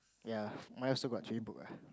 ya mine also got training book ah